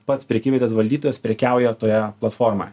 pats prekyvietės valdytojas prekiauja toje platformoje